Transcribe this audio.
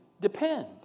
depend